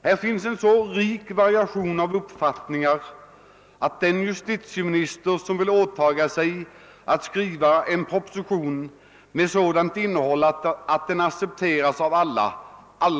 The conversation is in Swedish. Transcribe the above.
Här finns en så rik variation av uppfattningar, att den justitieminister aldrig kommer att finnas som vill åtaga sig att skriva en proposition i dessa frågor med sådant innehåll att den accepteras av alla.